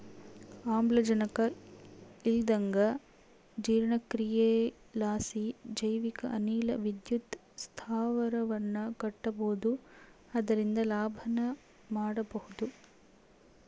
ಆಮ್ಲಜನಕ ಇಲ್ಲಂದಗ ಜೀರ್ಣಕ್ರಿಯಿಲಾಸಿ ಜೈವಿಕ ಅನಿಲ ವಿದ್ಯುತ್ ಸ್ಥಾವರವನ್ನ ಕಟ್ಟಬೊದು ಅದರಿಂದ ಲಾಭನ ಮಾಡಬೊಹುದು